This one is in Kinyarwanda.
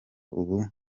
ubu